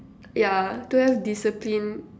yeah to have discipline